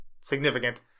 significant